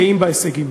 גאים בהישגים.